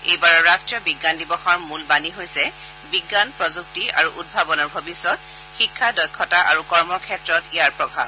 এইবাৰৰ ৰাষ্ট্ৰীয় বিজ্ঞান দিৱসৰ মূল বাণী হৈছে বিজ্ঞান প্ৰযুক্তি আৰু উদ্ভাৱনৰ ভৱিষ্যত শিক্ষা দক্ষতা আৰু কৰ্মৰ ক্ষেত্ৰত ইয়াৰ প্ৰভাৱ